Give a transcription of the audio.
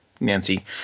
Nancy